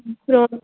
ம் போதும்